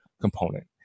component